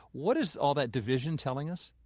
what is all that division telling us?